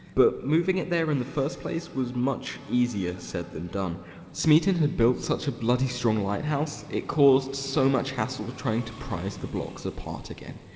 but moving it there in the first place was much easier said than done smeaton had built such a bloody strong lighthouse it caused so much hassle trying to prise the blocks apart again.